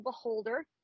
beholder